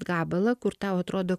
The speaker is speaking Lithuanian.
gabalą kur tau atrodo